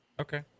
Okay